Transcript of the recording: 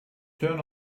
turn